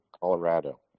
Colorado